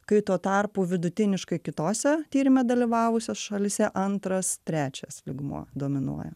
kai tuo tarpu vidutiniškai kitose tyrime dalyvavusios šalyse antras trečias lygmuo dominuoja